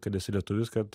kad esi lietuvis kad